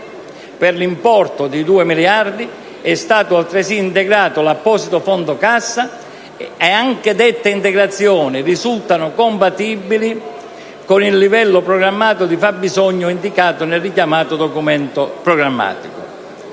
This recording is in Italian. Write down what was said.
Per l'importo di 2 miliardi è stato altresì integrato l'apposito fondo cassa. Anche dette integrazioni risultano compatibili con il livello programmato di fabbisogno indicato nel richiamato documento programmatico.